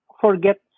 forget